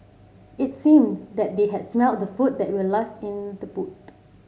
it seemed that they had smelt the food that were left in the boot